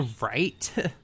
Right